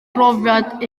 brofiad